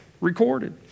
recorded